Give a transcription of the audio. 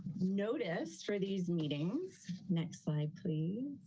notice for these meetings. next slide please.